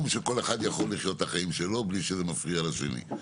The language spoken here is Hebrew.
כשכל אחד חי את החיים שלו בלי שזה מפריע לשני.